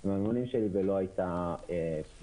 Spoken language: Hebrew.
ועם הממונים שלי ולא הייתה פנייה,